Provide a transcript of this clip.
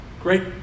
great